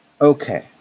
Okay